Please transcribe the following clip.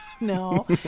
No